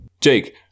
Jake